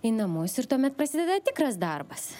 į namus ir tuomet prasideda tikras darbas